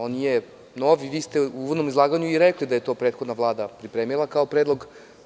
On je nov i vi ste u uvodnom izlaganju i rekli da je to prethodna Vlada pripremila kao predlog.